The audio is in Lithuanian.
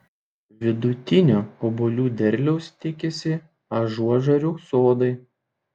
vidutinio obuolių derliaus tikisi ažuožerių sodai